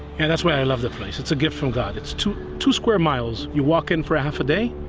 and that's why i love the place. it's a gift from god. it's two two square miles, you walk in for half a day,